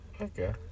Okay